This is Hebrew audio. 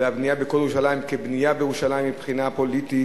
על בנייה בכל ירושלים כבנייה בירושלים מבחינה פוליטית,